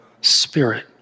Spirit